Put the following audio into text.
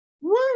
Woo